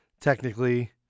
technically